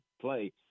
play